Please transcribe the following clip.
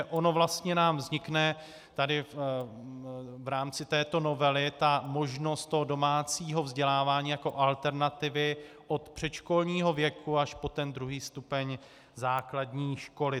Ona nám vlastně vznikne v rámci této novely možnost domácího vzdělávání jako alternativy od předškolního věku až po ten druhý stupeň základní školy.